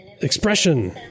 Expression